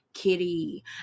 kitty